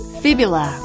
fibula